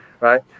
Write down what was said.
right